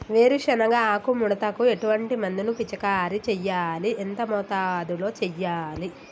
వేరుశెనగ ఆకు ముడతకు ఎటువంటి మందును పిచికారీ చెయ్యాలి? ఎంత మోతాదులో చెయ్యాలి?